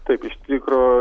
taip iš tikro